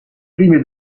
prime